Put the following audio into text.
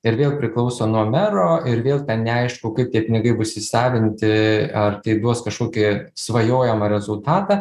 ir vėl priklauso nuo mero ir vėl ten neaišku kaip tie pinigai bus įsavinti ar tai duos kažkokį svajojamą rezultatą